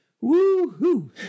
Woo-hoo